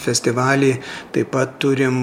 festivalį taip pat turim